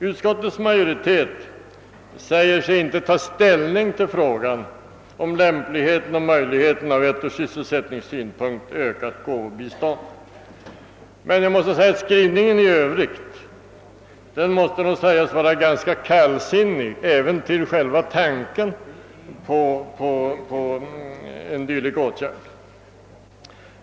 Utskottets majoritet säger sig inte ta ställning till frågan om lämpligheten och möjligheten ur syssel sättningssynpunkt av ett ökat gåvobistånd, men skrivningen i övrigt måste sägas visa att man är ganska kallsinnig till tanken på en dylik åtgärd.